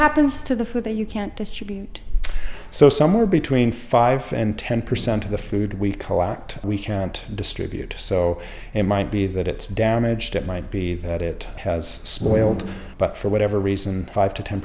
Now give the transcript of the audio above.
happens to the food that you can't distribute so somewhere between five and ten percent of the food we lacked we can't distribute so it might be that it's damaged it might be that it has spoiled but for whatever reason five to ten